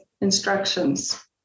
instructions